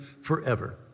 forever